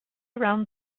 around